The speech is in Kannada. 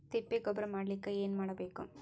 ತಿಪ್ಪೆ ಗೊಬ್ಬರ ಮಾಡಲಿಕ ಏನ್ ಮಾಡಬೇಕು?